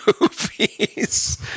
movies